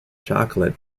chocolate